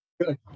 Good